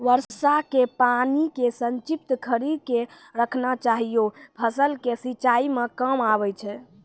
वर्षा के पानी के संचित कड़ी के रखना चाहियौ फ़सल के सिंचाई मे काम आबै छै?